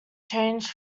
changed